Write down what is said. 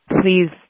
please